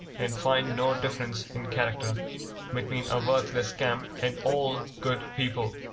and find no difference in character between a worthless scamp, and all good people?